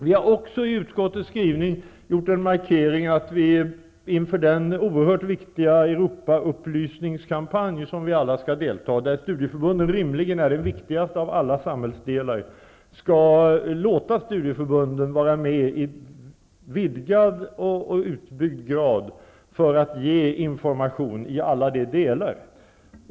Vi har i utskottets skrivning också gjort en markering av att vi inför den oerhört viktiga Europaupplysningskampanj som vi alla skall delta i och där studieförbunden rimligen är den viktigaste av alla samhällsdelar skall låta studieförbunden vara med i vidgad omfattning för att ge information i alla delar.